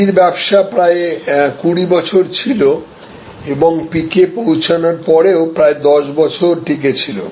CD র ব্যবসা প্রায় কুড়ি বছর ছিল এবং পিক এ পৌঁছানোর পরেও প্রায় 10 বছর টিকে ছিল